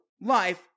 life